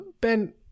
Ben